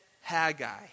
Haggai